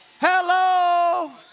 Hello